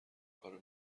کارو